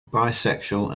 bisexual